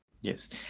Yes